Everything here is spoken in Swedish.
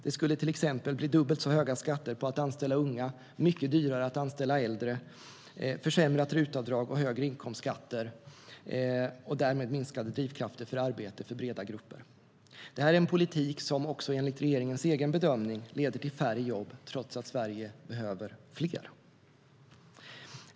Det skulle till exempel bli dubbelt så höga skatter på att anställa unga, mycket dyrare att anställa äldre, försämrat RUT-avdrag och högre inkomstskatter och därmed minskade drivkrafter för arbete för breda grupper. Det här en politik som, också enligt regeringens egen bedömning, leder till färre jobb trots att Sverige behöver fler.